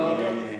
אבל,